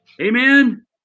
Amen